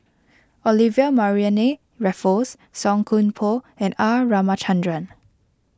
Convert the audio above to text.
Olivia Mariamne Raffles Song Koon Poh and R Ramachandran